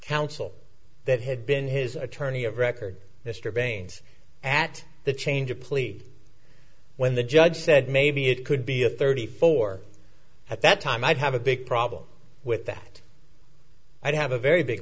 counsel that had been his attorney of record mr baines at the change of plea when the judge said maybe it could be a thirty four at that time i'd have a big problem with that i'd have a very big